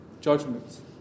judgments